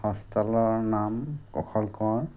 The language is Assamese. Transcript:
হস্পিতেলৰ নাম কুশল কোঁৱৰ